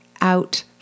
out